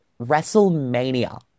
Wrestlemania